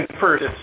first